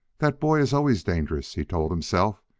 that boy is always dangerous, he told himself,